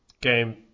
Game